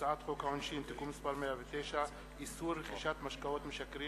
הצעת חוק העונשין (תיקון מס' 109) (איסור רכישת משקאות משכרים